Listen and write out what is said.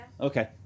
Okay